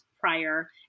prior